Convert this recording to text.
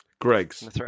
Greg's